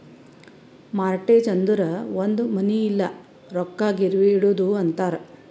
mortgage ಅಂದುರ್ ಒಂದ್ ಮನಿ ಇಲ್ಲ ರೊಕ್ಕಾ ಗಿರ್ವಿಗ್ ಇಡದು ಅಂತಾರ್